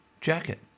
jacket